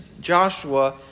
Joshua